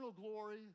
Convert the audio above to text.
glory